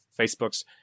facebook's